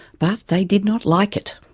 but they did not like it.